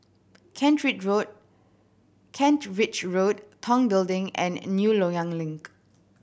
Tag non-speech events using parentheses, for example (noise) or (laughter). Kent (unintelligible) Road Kent Ridge Road Tong Building and New Loyang Link